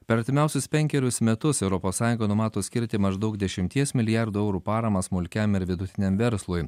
per artimiausius penkerius metus europos sąjunga numato skirti maždaug dešimties milijardų eurų paramą smulkiam ir vidutiniam verslui